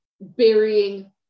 burying